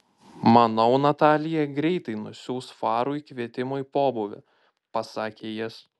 manau natalija greitai nusiųs farui kvietimą į pobūvį pasakė jis